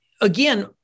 again